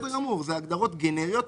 אלה הגדרות גנריות.